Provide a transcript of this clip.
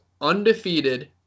undefeated